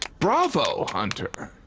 bravo, hunter.